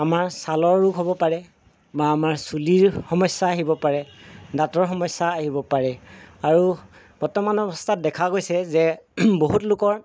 আমাৰ চালৰ ৰোগ হ'ব পাৰে বা আমাৰ চুলিৰ সমস্যা আহিব পাৰে দাঁতৰ সমস্যা আহিব পাৰে আৰু বৰ্তমান অৱস্থাত দেখা গৈছে যে বহুত লোকৰ